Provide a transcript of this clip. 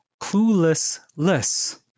clueless-less